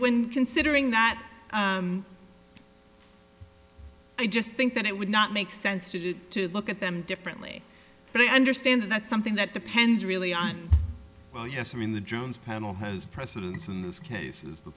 when considering that i just think that it would not make sense to to look at them differently but i understand that something that depends really on well yes i mean the jones panel has precedence in those cases the